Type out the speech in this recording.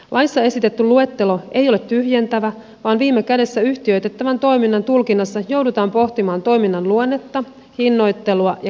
laissa esitetty luettelo ei ole tyhjentävä vaan viime kädessä yhtiöitettävän toiminnan tulkinnassa joudutaan pohtimaan toiminnan luonnetta hinnoittelua ja markkinointia